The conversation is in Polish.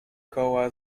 koła